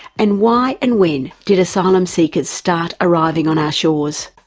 and why, and when did asylum seekers start arriving on our shores?